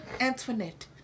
Antoinette